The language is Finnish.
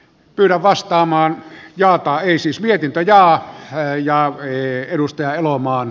kyllä vastaamaan ja haisismia pinta ja jauhe edustaja elomaan